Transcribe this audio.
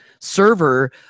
server